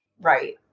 Right